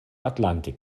atlantik